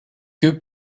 que